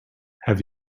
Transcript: have